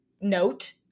note